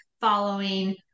following